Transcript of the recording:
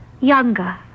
Younger